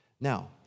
Now